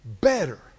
Better